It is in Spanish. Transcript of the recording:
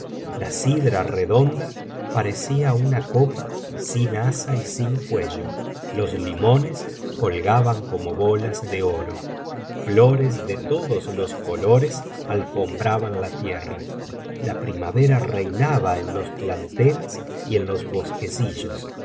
la cidra redonda parecía una copa sin asa y sin cuello los limones colgaban como bolas de oro flores de todos los colores alfombraban la tierra la primavera reinaba en los planteles y en los bosquecillos